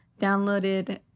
Downloaded